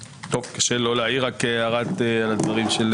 קשה לא להעיר הערה על הדברים של חבר הכנסת.